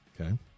okay